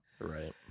Right